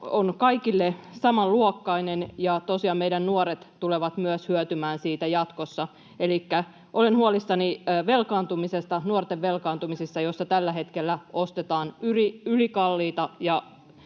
on kaikille samanluokkainen, ja tosiaan meidän nuoret tulevat myös hyötymään siitä jatkossa. Elikkä olen huolissani velkaantumisesta, nuorten velkaantumisesta, jossa tällä hetkellä ostetaan ylikalliita